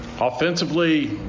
Offensively